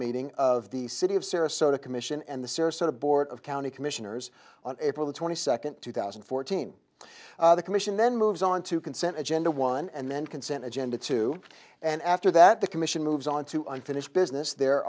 meeting of the city of sarasota commission and the sarasota board of county commissioners on april twenty second two thousand and fourteen the commission then moves on to consent agenda one and then consent agenda two and after that the commission moves on to unfinished business there